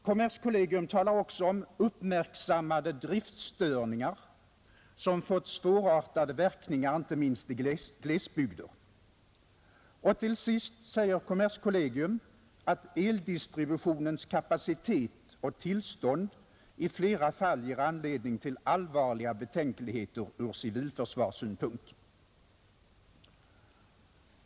Kommerskollegium talar också om uppmärksammade driftstörningar, som fått svårartade verkningar inte minst i glesbygder. Till sist säger kommerskollegium att eldistributionens kapacitet och tillstånd i flera fall ger anledning till allvarliga betänkligheter ur civilförsvarssynpunkt.